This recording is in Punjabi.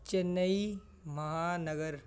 ਚੇਨਈ ਮਹਾਂਨਗਰ